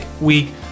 week